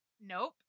Nope